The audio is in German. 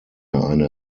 eine